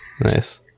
Nice